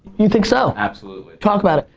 you think so? absolutely. talk about it.